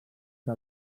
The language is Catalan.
que